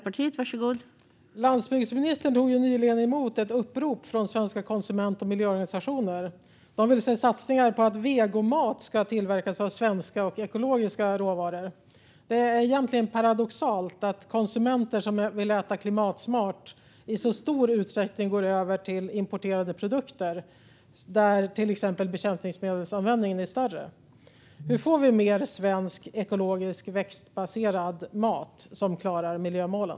Fru talman! Landsbygdsministern tog nyligen emot ett upprop från svenska konsument och miljöorganisationer. De vill se satsningar på att vegomat ska tillverkas av svenska ekologiska råvaror. Det är egentligen paradoxalt att konsumenter som vill äta klimatsmart i så stor utsträckning går över till importerade produkter, där till exempel användningen av bekämpningsmedel är större. Hur får vi mer svensk ekologisk växtbaserad mat som klarar miljömålen?